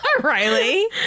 riley